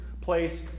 place